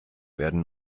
werden